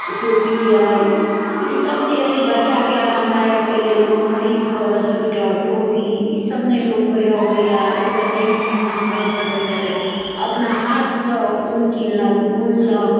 टोपी अइ ई सभ जे अइ बच्चाके आरामदायकके लेल लोक खरीद कऽ स्वीटर टोपी ई सभ नहि लोक पहिरबैया एहि दुआरे जे इन्फेक्शन फैल सकैत छै अपना हाथसँ ऊन किनलक बुनलक